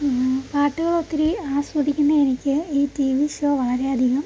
പാട്ടുകളൊത്തിരി ആസ്വദിക്കുന്ന എനിക്ക് ഈ ടി വി ഷോ വളരെയധികം